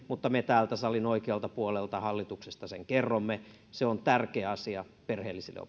mutta me täältä salin oikealta puolelta hallituksesta sen kerromme se on tärkeä asia perheellisille